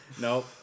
Nope